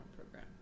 program